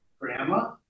grandma